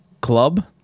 club